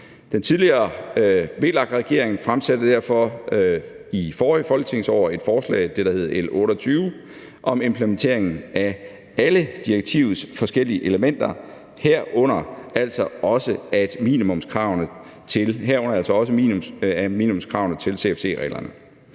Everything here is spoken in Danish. Den tidligere VLAK-regering fremsatte derfor i forrige folketingsår et forslag – det, der hed L 28 – om implementering af alle direktivets forskellige elementer, herunder altså også minimumskravene til CFC-reglerne.